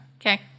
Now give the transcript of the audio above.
Okay